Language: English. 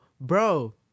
bro